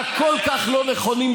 הכל-כך לא נכונים,